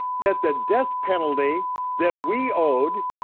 that the death penalty that we owed,